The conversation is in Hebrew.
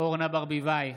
אורנה ברביבאי,